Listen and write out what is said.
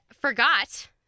forgot